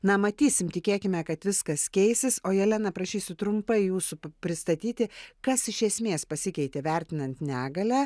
na matysim tikėkime kad viskas keisis o jelena prašysiu trumpai jūsų pristatyti kas iš esmės pasikeitė vertinant negalią